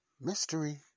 Mystery